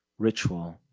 ritual.